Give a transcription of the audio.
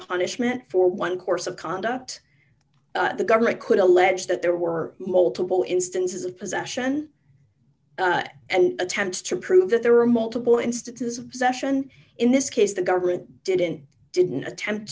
punishment for one course of conduct the government could allege that there were multiple instances of possession and attempts to prove that there were multiple instances of obsession in this case the government didn't didn't attempt